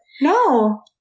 no